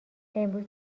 امروز